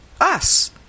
Us